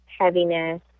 heaviness